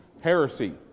heresy